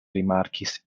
rimarkis